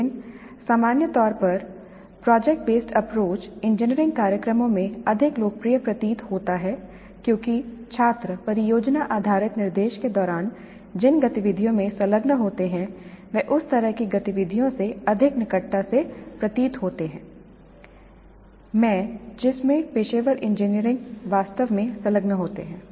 लेकिन सामान्य तौर पर प्रोजेक्ट बेसड अप्रोच इंजीनियरिंग कार्यक्रमों में अधिक लोकप्रिय प्रतीत होता है क्योंकि छात्र परियोजना आधारित निर्देश के दौरान जिन गतिविधियों में संलग्न होते हैं वे उस तरह की गतिविधियों से अधिक निकटता से प्रतीत होते हैं मैं जिसमें पेशेवर इंजीनियर वास्तव में संलग्न होते हैं